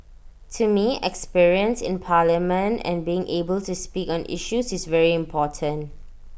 to me experience in parliament and being able to speak on issues is very important